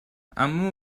اما